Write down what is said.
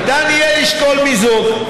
ניתן יהיה לשקול מיזוג.